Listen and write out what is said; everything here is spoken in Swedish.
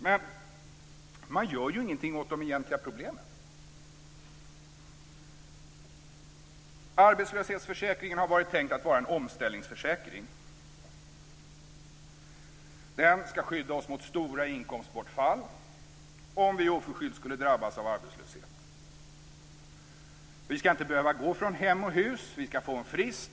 Men man gör ingenting åt de egentliga problemen. Arbetslöshetsförsäkringen har varit tänkt att vara en omställningsförsäkring. Den ska skydda oss mot stora inkomstbortfall om vi oförskyllt skulle drabbas av arbetslöshet. Vi ska inte behöva gå från hem och hus. Vi ska få en frist.